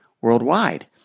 worldwide